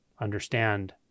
understand